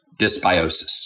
dysbiosis